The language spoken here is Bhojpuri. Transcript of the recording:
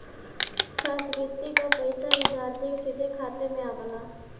छात्रवृति क पइसा विद्यार्थी के सीधे खाते में आवला